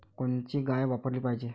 कोनची गाय वापराली पाहिजे?